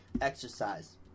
exercise